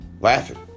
Laughing